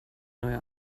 neue